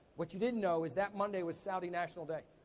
what you didn't know is that monday was saudi national day.